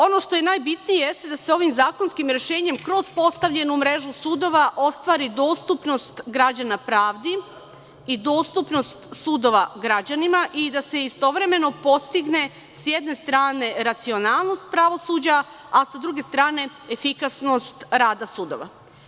Ono što je najbitnije jeste da se ovim zakonskim rešenjem kroz postavljenu mrežu sudova ostvari dostupnost građana pravdi, i dostupnost sudova građanima, i da se istovremeno postigne s jedne strane racionalnost pravosuđa, a sa druge strane efikasnost rada sudova.